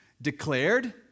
Declared